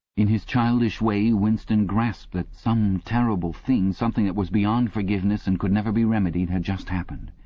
in his childish way winston grasped that some terrible thing, something that was beyond forgiveness and could never be remedied, had just happened.